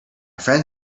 friend